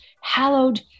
hallowed